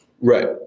Right